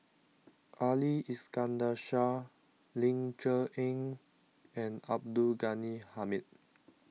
Ali Iskandar Shah Ling Cher Eng and Abdul Ghani Hamid